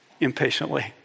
impatiently